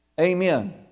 amen